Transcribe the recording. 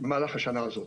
במהלך השנה הזאת.